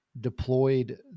deployed